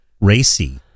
racy